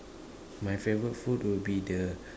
my favourite food will be the